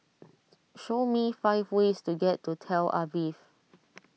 show me five ways to get to Tel Aviv